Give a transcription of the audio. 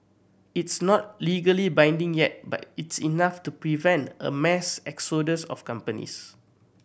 it's not legally binding yet but it's enough to prevent a mass exodus of companies